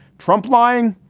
trump lying,